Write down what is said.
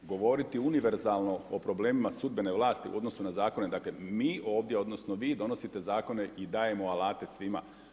Govoriti univerzalno o problemima sudbene vlasti u odnosu na zakone, dakle mi ovdje odnosno vi, donosite zakone i dajemo alate svima.